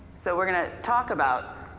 so we're gonna talk about,